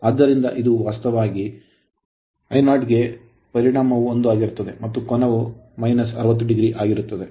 ಆದ್ದರಿಂದ ಇದು ವಾಸ್ತವವಾಗಿ I0 ಪರಿಮಾಣವು 1 ಆಗಿರುತ್ತದೆ ಮತ್ತು ಕೋನವು 60 o ಆಗಿರುತ್ತದೆ